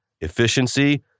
efficiency